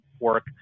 work